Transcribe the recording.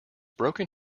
broken